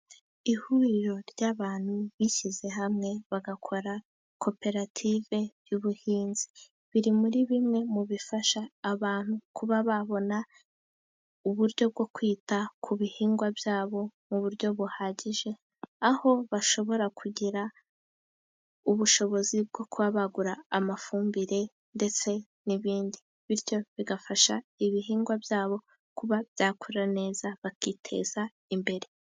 Ihuriro ry'abantu bishyize hamwe bagakora koperative y'ubuhinzi. Biri muri bimwe mu bifasha abantu kuba babona uburyo bwo kwita ku bihingwa byabo, mu buryo buhagije. Aho bashobora kugira ubushobozi bwo kugura amafumbire ndetse n'ibindi. Bityo bigafasha ibihingwa byabo kuba byakura neza bakiteza imbere.